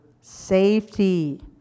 safety